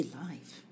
life